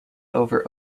over